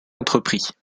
entrepris